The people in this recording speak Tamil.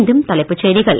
மீண்டும் தலைப்புச் செய்திகள்